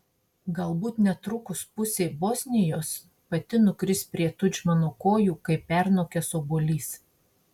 galbūt netrukus pusė bosnijos pati nukris prie tudžmano kojų kaip pernokęs obuolys